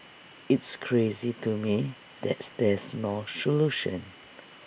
it's crazy to me that there's no solution